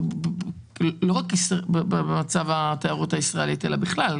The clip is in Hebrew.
לא רק בהקשר למצב התיירות בישראל אלא בכלל,